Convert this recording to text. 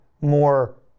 more